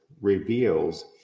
reveals